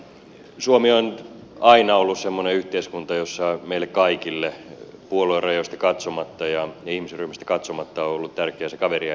suomi on aina ollut semmoinen yhteiskunta jossa meille kaikille puoluerajoihin katsomatta ja ihmisryhmään katsomatta on ollut tärkeä se kaveria ei jätetä periaate